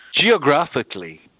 geographically